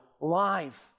life